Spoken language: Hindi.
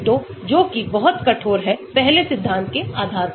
Ab initio जोकि बहुत कठोर है पहले सिद्धांतों के आधार पर